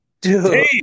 Dude